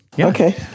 Okay